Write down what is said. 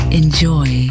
enjoy